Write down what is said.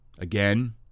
Again